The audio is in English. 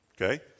Okay